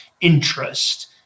interest